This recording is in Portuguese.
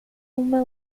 uma